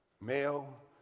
Male